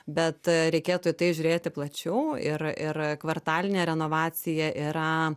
bet reikėtų į tai žiūrėti plačiau ir ir kvartalinė renovacija yra